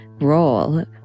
role